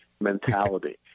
mentality